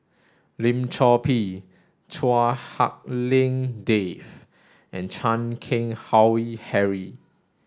Lim Chor Pee Chua Hak Lien Dave and Chan Keng Howe Harry